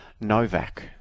Novak